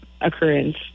occurrence